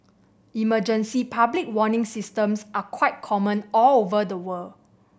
emergency public warning systems are quite common all over the world